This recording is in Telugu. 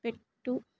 పెట్టు